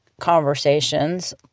conversations